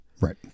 right